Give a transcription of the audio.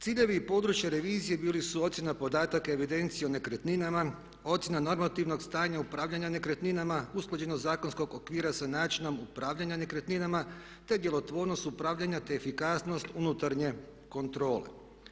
Ciljevi i područja revizije bili su ocjena podataka i evidencije o nekretninama, ocjena normativnog stanja upravljanja nekretninama, usklađenost zakonskog okvira sa načinom upravljanja nekretnina te djelotvornost upravljanja te efikasnost unutarnje kontrole.